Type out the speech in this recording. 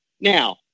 Now